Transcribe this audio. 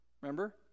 remember